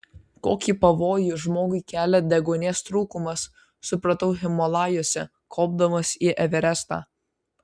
kokį pavojų žmogui kelia deguonies trūkumas supratau himalajuose kopdamas į everestą